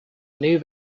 new